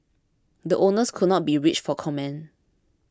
the owners could not be reached for comment